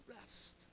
rest